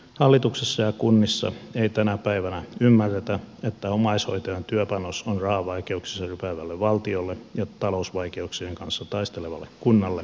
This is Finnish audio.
hallituksessa ja kunnissa ei tänä päivänä ymmärretä että omaishoitajan työpanos on rahavaikeuksissa rypevälle valtiolle ja talousvaikeuksien kanssa taistelevalle kunnalle voimavara